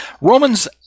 Romans